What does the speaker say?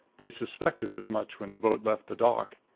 they suspected as much when the boat left the dock.